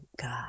god